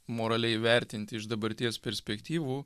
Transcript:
moraliai vertinti iš dabarties perspektyvų